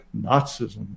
Nazism